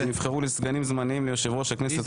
שנבחרו לסגנים זמניים ליושב-ראש כנסת,